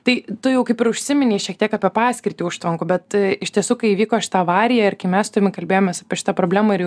tai tu jau kaip ir užsiminei šiek tiek apie paskirtį užtvankų bet iš tiesų kai įvyko šita avarija ir kai mes su tavim kalbėjomės apie šitą problemą ir jau